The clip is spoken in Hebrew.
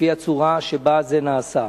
לפי הצורה שבה זה נעשה.